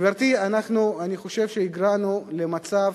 גברתי, אני חושב שהגענו למצב